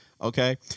okay